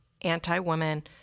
anti-woman